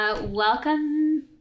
Welcome